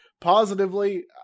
positively